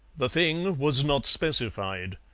the thing was not specified.